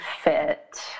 fit